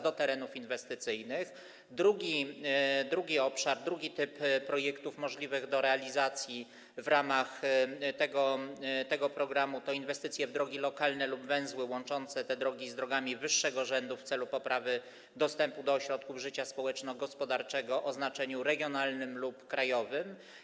Drugi obszar, drugi typ projektów możliwych do realizacji w ramach tego programu to inwestycje w drogi lokalne lub węzły łączące te drogi z drogami wyższego rzędu w celu poprawy dostępu do ośrodków życia społeczno-gospodarczego o znaczeniu regionalnym lub krajowym.